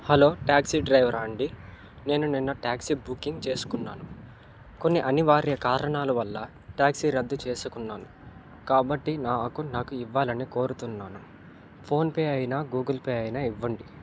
hello taxi డ్రైవరా అండి నేను నిన్న ట్యాక్సీ బుకింగ్ చేసుకున్నాను కొన్ని అనివార్య కారణాల వల్ల ట్యాక్సీ రద్దు చేసుకున్నాను కాబట్టి నాకు నాకు ఇవ్వాలని కోరుతున్నాను ఫోన్పే అయినా గూగుల్ పే అయినా ఇవ్వండి